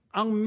Ang